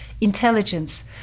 intelligence